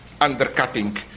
undercutting